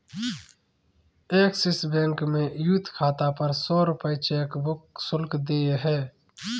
axis bank में youth खाता पर सौ रूपये चेकबुक शुल्क देय है